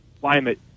climate